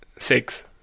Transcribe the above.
Six